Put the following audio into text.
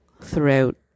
throughout